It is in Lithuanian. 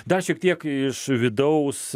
dar šiek tiek iš vidaus